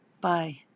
Bye